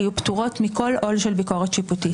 יהיו פטורות מכל עול של ביקורת שיפוטית.